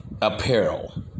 apparel